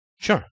Sure